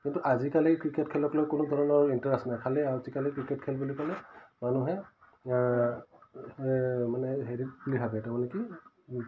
কিন্তু আজিকালি ক্ৰিকেট খেলক লৈ কোনো ধৰণৰ ইণ্টাৰেষ্ট নাই খালি আজিকালি ক্ৰিকেট খেল বুলি ক'লে মানুহে মানে হেৰিত বুলি ভাবে তাৰমানে কি